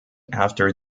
after